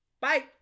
Bye